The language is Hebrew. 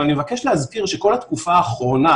אבל אני מבקש להזכיר שכל התקופה האחרונה,